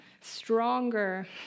stronger